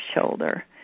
shoulder